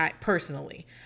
personally